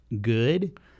good